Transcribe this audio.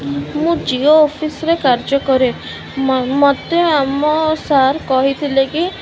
ମୁଁ ଜିଓ ଅଫିସରେ କାର୍ଯ୍ୟ କରେ ମୋତେ ଆମ ସାର୍ କହିଥିଲେ କି